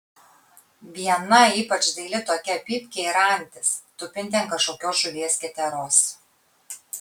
viena ypač daili tokia pypkė yra antis tupinti ant kažkokios žuvies keteros